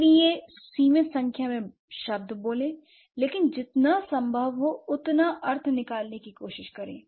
इसलिए सीमित संख्या में शब्द बोलें लेकिन जितना संभव हो उतना अर्थ निकालने की कोशिश करें